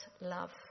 love